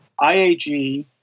IAG